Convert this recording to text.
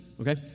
okay